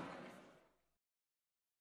(הישיבה נפסקה בשעה 18:53